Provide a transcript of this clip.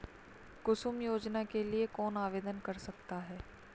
कुसुम योजना के लिए कौन आवेदन कर सकता है?